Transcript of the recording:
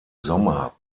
sommer